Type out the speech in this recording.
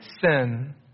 sin